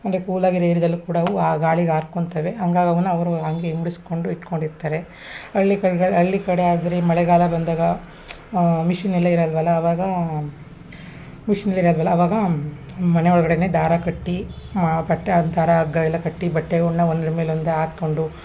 ಅಂದರೆ ಕೂಲಾಗಿರೋ ಏರ್ಯದಲ್ಲೂ ಕೂಡ ಅವು ಆ ಗಾಳಿಗೆ ಆರ್ಕೊತವೆ ಹಂಗಾಗ್ ಅವನ್ನ ಅವರು ಹಂಗೆ ಇಟ್ಟುಕೊಂಡಿರ್ತಾರೆ ಹಳ್ಳಿ ಕಡ್ಗಳ್ ಹಳ್ಳಿ ಕಡೆ ಆದರೆ ಮಳೆಗಾಲ ಬಂದಾಗ ಮಿಷಿನ್ ಎಲ್ಲ ಇರಲ್ಲವಲ್ಲ ಅವಾಗ ಮಿಷಿನ್ ಇರಲ್ವಲ್ಲ ಅವಾಗ ಮನೆ ಒಳ್ಗಡೆಯೇ ದಾರ ಕಟ್ಟಿ ಮಾ ಬಟ್ಟೆ ಹಗ್ಗ ಎಲ್ಲ ಕಟ್ಟಿ ಬಟ್ಟೆಗಳ್ನ ಒಂದ್ರ ಮೇಲೆ ಒಂದು ಹಾಕೊಂಡು